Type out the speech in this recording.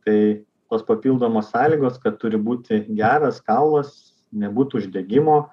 tai tos papildomos sąlygos kad turi būti geras kaulas nebūt uždegimo